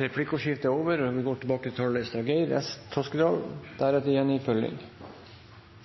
Replikkordskiftet er over. Jeg vil starte med å takke forslagsstillerne for at de vil fremme et viktig og